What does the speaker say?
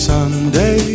Sunday